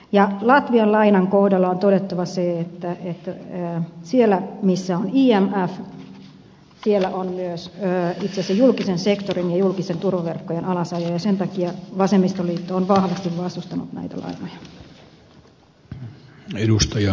latvian lainan kohdalla on todettava se että siellä missä on imf on myös itse asiassa julkisen sektorin ja julkisten turvaverkkojen alasajo ja sen takia vasemmistoliitto on vahvasti vastustanut näitä lainoja